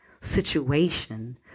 situation